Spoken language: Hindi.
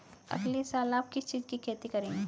अगले साल आप किस चीज की खेती करेंगे?